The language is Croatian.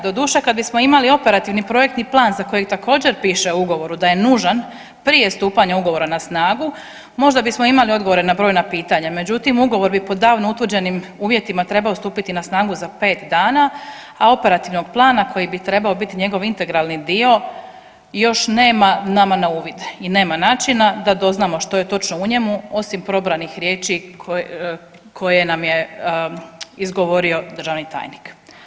Doduše, kad bismo imali operativni projektni plan za koji također piše u ugovoru da je nužan prije stupanja ugovora na snagu možda bismo imali odgovore na brojna pitanja, međutim ugovor bi po davno utvrđenim uvjetima trebao stupiti na snagu za 5 dana, a operativnog plana koji bi trebao biti njegov integralni dio još nema nama na uvid i nema načina da doznamo što je točno u njemu osim probranih riječi koje nam je izgovorio državni tajnik.